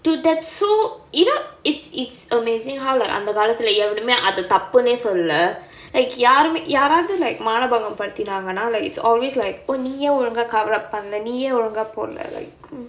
dude that's so you know it's it's amazing how like அந்த காலத்துல எவனோமே அத தப்புனே சொல்லுல:antha kaalatthula evanomae atha thappunae sollula like யாருமே யாராவது:yaarumae yaaraavathu like மானபங்கம் படுத்தினாங்கனா:manabangam paduthinaanganaa like it's always like oh நீ ஏன் ஒழுங்கா:nee yaen olungaa cover up பண்ணுல நீ ஏன் ஒழுங்கா போடுலே:pannula nee yaen olungaa podula like mmhmm